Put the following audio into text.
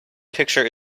picture